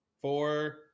four